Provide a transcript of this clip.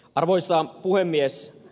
arvoisa puhemies